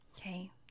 okay